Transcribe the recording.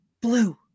blue